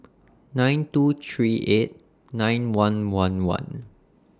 nine two three eight nine one one one